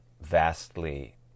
vastly